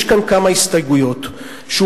יש כאן כמה הסתייגויות שהוכנסו,